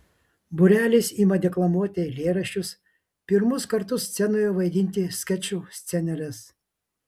būrelis ima deklamuoti eilėraščius pirmus kartus scenoje vaidinti skečų sceneles